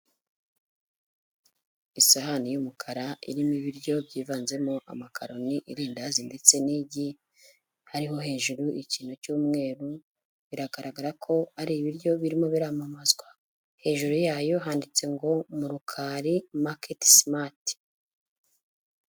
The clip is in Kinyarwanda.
Isahani y'umukara irimo ibiryo byivanzemo amakaroni, irindazi ndetse n'igi, hariho hejuru ikintu cy'umweru, biragaragara ko ari ibiryo birimo biramamazwa, hejuru yayo handitse ngo mu rukari maketi sumati.